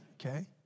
okay